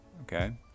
okay